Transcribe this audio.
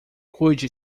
cuide